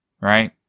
Right